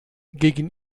gegen